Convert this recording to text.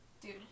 Dude